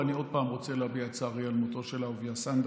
ואני עוד פעם רוצה להביע את צערי על מותו של אהוביה סנדק,